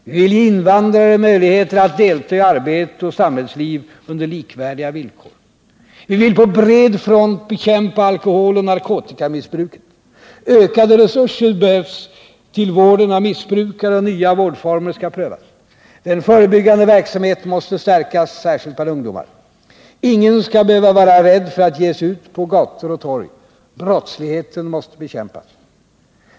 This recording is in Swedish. Vi vill ge invandrare möjligheter att delta i arbetsoch samhällsliv under likvärdiga villkor. Vi vill på bred front bekämpa alkoholoch narkotikamissbruket. Ökade resurser behövs till vården av missbrukare, och nya vårdformer skall prövas. Den förebyggande verksamheten måste stärkas, särskilt bland ungdomar. Ingen skall behöva vara rädd för att ge sig ut på gator och torg. Brottsligheten måste bekämpas.